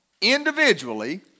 individually